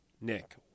Nick